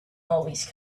always